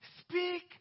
speak